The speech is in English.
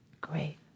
Great